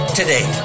today